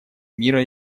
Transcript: мира